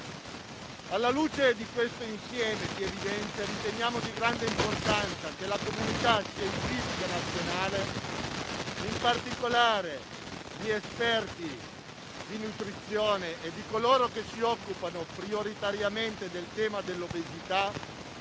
Alla luce di questo insieme di evidenze noi riteniamo di grande importanza che la comunità scientifica nazionale, in particolare gli esperti di nutrizione e coloro che si occupano prioritariamente del tema dell'obesità,